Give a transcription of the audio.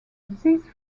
these